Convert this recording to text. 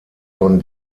von